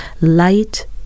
Light